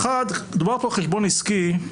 דובר פה על חשבון עסקי.